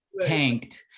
tanked